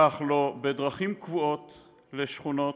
כך לא בדרכים קבועות לשכונות,